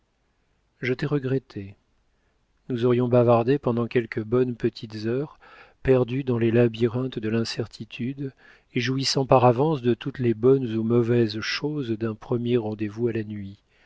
je t'ai regrettée nous aurions bavardé pendant quelques bonnes petites heures perdues dans les labyrinthes de l'incertitude et jouissant par avance de toutes les bonnes ou mauvaises choses d'un premier rendez-vous à la nuit